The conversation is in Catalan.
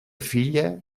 filla